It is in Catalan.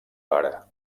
pare